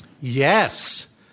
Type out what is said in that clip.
yes